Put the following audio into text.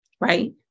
right